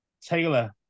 Taylor